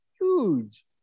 huge